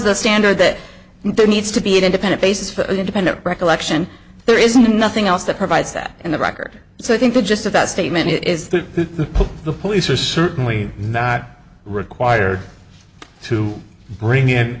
the standard that there needs to be an independent basis for independent recollection there is nothing else that provides that in the record so i think the gist of that statement is that the police are certainly not required to bring in